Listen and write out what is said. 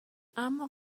اما